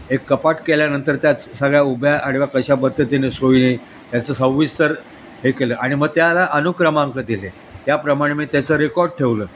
एक कपाट केल्यानंतर त्यात सगळ्या उभ्या आडव्या कशा पद्धतीने सोयीने त्याचं सविस्तर हे केलं आणि मग त्याला अनुक्रमांक दिले त्याप्रमाणे मी त्याचं रेकॉर्ड ठेवलं